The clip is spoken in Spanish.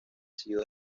sido